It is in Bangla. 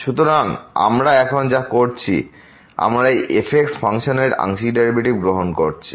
সুতরাং আমরা এখন যা করছি আমরা এই fxফাংশন এর আংশিক ডেরিভেটিভস গ্রহণ করছি